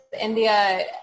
India